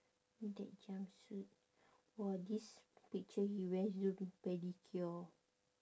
that jumpsuit !wah! this picture he to pedicure